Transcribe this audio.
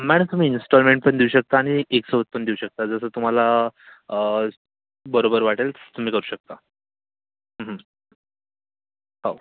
madam तुम्ही instalment पण देऊ शकता आणि एकसोबत पण देऊ शकता जसं तुम्हाला बरोबर वाटेल तुम्ही करू शकता हो